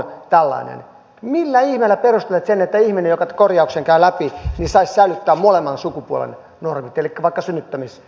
millä ihmeellä te perustelette sen että ihminen joka korjauksen käy läpi saisi säilyttää molemman sukupuolen normit elikkä vaikka synnyttämismahdollisuuden ja hedelmöittämismahdollisuuden